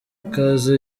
ikaze